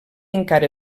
encara